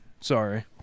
Sorry